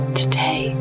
today